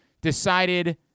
decided